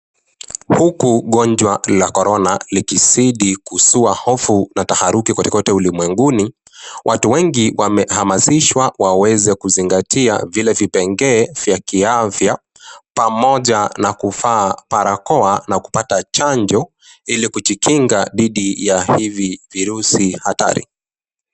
Huku gonjwa la korona likizidi kuzua hofu na taharuki kotekote ulimwenguni, watu wengi wamehamasishwa waweze kuzingatia zile vipengee vya kiafya pamoja na kuvaa barakao na kupata chanjo ili kujikinga dhidi ya hivi virusi hatari.